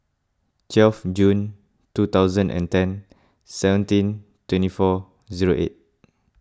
twelve June two thousand and ten seventeen twenty four zero eight